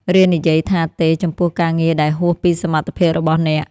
រៀននិយាយពាក្យថា "ទេ" ចំពោះការងារដែលហួសពីសមត្ថភាពរបស់អ្នក។